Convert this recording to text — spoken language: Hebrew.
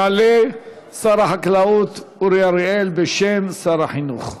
יעלה שר החקלאות אורי אריאל, בשם שר החינוך.